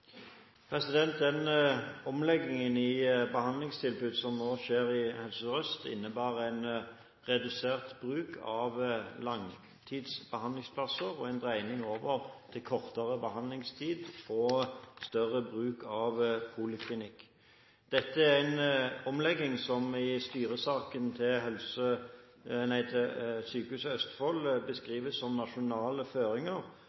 Den omleggingen i behandlingstilbudet som nå skjer i Helse Sør-Øst, innebærer en redusert bruk av langtidsbehandlingsplasser og en dreining over til kortere behandlingstid og større bruk av poliklinikk. Dette er en omlegging som i styresaken til Sykehuset Østfold beskrives som nasjonale føringer,